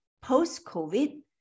post-COVID